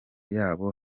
yabo